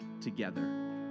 together